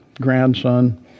grandson